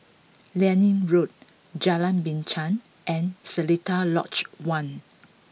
Liane Road Jalan Binchang and Seletar Lodge One